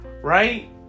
Right